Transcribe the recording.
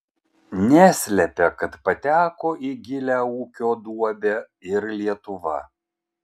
neslepia kad pateko į gilią ūkio duobę ir lietuva